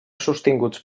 sostinguts